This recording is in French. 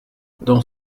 dans